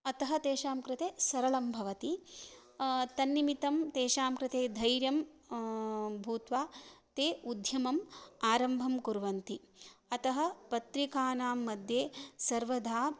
अतः तेषां कृते सरलं भवति तन्निमित्तं तेषां कृते धैर्यं भूत्वा ते उद्यमम् आरम्भं कुर्वन्ति अतः पत्रिकानाम्मध्ये सर्वधा